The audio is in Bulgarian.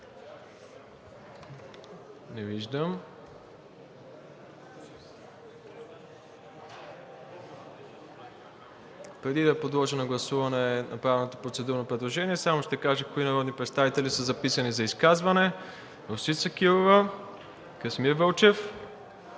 Не виждам. Преди да подложа на гласуване направеното процедурно предложение, само ще кажа кои народни представители са записани за изказване – Росица Кирова, Красимир Вълчев,